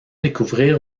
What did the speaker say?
découvrir